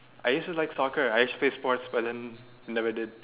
I used to like soccer I used to play sports but then never did